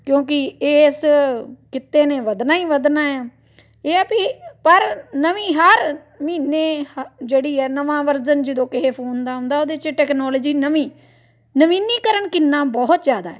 ਕਿਉਂਕੀ ਇਸ ਕਿੱਤੇ ਨੇ ਵਧਣਾ ਹੀ ਵਧਣਾ ਹੈ ਇਹ ਹੈ ਪੀ ਪਰ ਨਵੀਂ ਹਰ ਮਹੀਨੇ ਹ ਜਿਹੜੀ ਹੈ ਨਵਾਂ ਵਰਜ਼ਨ ਜਦੋਂ ਕਿਸੇ ਫੋਨ ਦਾ ਆਉਂਦਾ ਉਹਦੇ 'ਚ ਟੈਕਨੋਲਜੀ ਨਵੀਂ ਨਵੀਨੀਕਰਨ ਕਿੰਨਾ ਬਹੁਤ ਜ਼ਿਆਦਾ